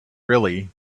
really